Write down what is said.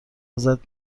ازت